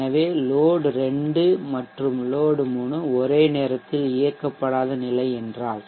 எனவே லோட் 2 மற்றும் லோட் 3 ஒரே நேரத்தில் இயக்கப்படாத நிலை என்றால்